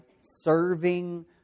serving